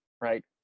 right